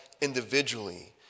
individually